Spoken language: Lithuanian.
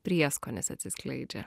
prieskonis atsiskleidžia